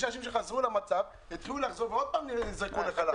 סעיף 12 מטיל חובה למסור לאוחז בצ'ק שלא נפרע את פרטי הזיהוי של